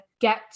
get